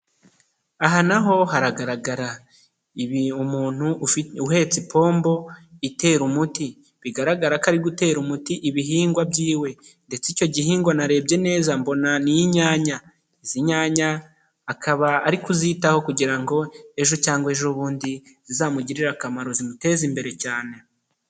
Aha naho haragaragara ibi umuntu uhetse ipombo itera umuti. bigaragara ko ari gutera umuti ibihingwa byiwe ndetse icyo gihingwa narebye neza mbona ni'inyanya. izi nyanya akaba ari kuzitaho kugira ngo ejo cyangwa ejo bundi zizamugirire akamaro zimuteza imbere cyane.